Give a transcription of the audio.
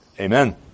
Amen